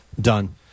Done